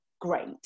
great